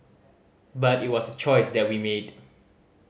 but it was a choice that we made